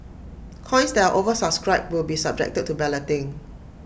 coins that are oversubscribed will be subjected to balloting